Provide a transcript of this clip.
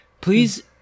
please